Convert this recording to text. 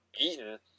eaten